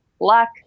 luck